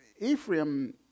Ephraim